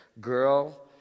girl